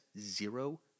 zero